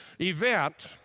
event